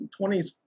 20s